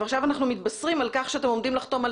עכשיו אנחנו מתבשרים על כך שאתם עומדים לחתום על